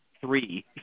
Three